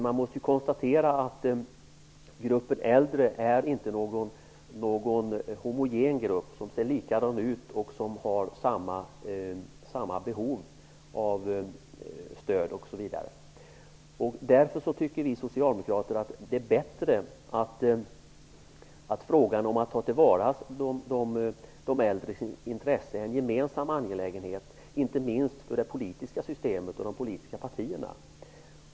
Man måste konstatera att de äldre inte är någon homogen grupp där alla ser likadana ut och har samma behov av stöd osv. Därför tycker vi socialdemokrater att det är bättre att frågan om att ta till vara de äldres intressen ses som en gemensam angelägenhet. Inte minst bör det vara så inom det politiska systemet och för de politiska partierna.